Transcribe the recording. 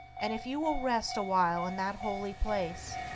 and if you will rest awhile in that holy place,